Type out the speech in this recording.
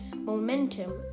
Momentum